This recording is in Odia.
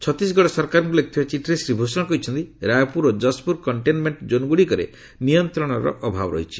ଛତିଶଗଡ ସରକାରଙ୍କୁ ଲେଖିଥିବା ଚିଠିରେ ଶ୍ରୀ ଭୂଷଣ କହିଛନ୍ତି ରାୟପୁର ଓ ଯଶପୁର କଣ୍ଟେନମେଣ୍ଟ କ୍ଷୋନ୍ ଗୁଡ଼ିକରେ ନିୟନ୍ତ୍ରଣର ଅଭାବ ରହିଛି